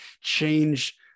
change